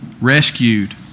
rescued